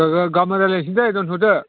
ओं ओं गाबोन रायलायफिनसै दोनथ'दो